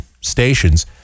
stations